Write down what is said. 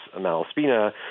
Malaspina